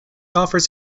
offers